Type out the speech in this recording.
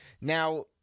Now